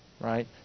right